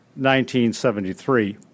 1973